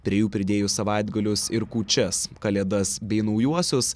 prie jų pridėjus savaitgalius ir kūčias kalėdas bei naujuosius